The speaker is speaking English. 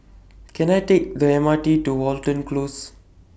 Can I Take The M R T to Watten Close